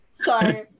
sorry